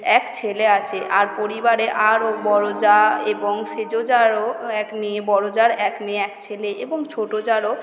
এক ছেলে আছে আর পরিবারে আরও বড়ো জা এবং সেজ জারও এক মেয়ে বড়ো জার এক মেয়ে এক ছেলে এবং ছোটো জারও